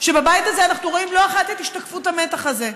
ובבית הזה אנחנו רואים לא אחת את השתקפות המתח הזה.